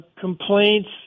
complaints